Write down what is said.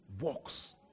works